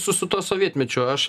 su su tuo sovietmečiu aš